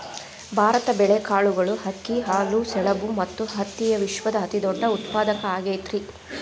ಭಾರತ ಬೇಳೆ, ಕಾಳುಗಳು, ಅಕ್ಕಿ, ಹಾಲು, ಸೆಣಬ ಮತ್ತ ಹತ್ತಿಯ ವಿಶ್ವದ ಅತಿದೊಡ್ಡ ಉತ್ಪಾದಕ ಆಗೈತರಿ